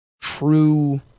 true